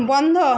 বন্ধ